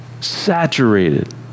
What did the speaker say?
Saturated